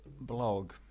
blog